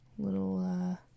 little